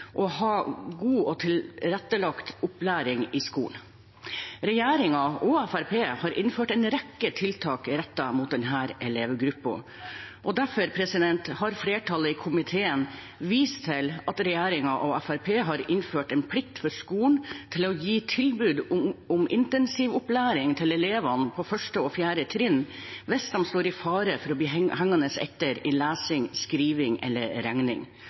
ha god og tilrettelagt opplæring i skolen. Regjeringen og Fremskrittspartiet har innført en rekke tiltak rettet mot denne elevgruppen. Derfor har flertallet i komiteen vist til at regjeringen og Fremskrittspartiet har innført en plikt for skolen til å gi tilbud om intensiv opplæring til elever på 1.-4. trinn hvis de står i fare for å bli hengende etter i lesing, skriving eller regning.